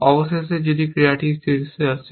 অবশেষে যদি ক্রিয়াটি শীর্ষে আসে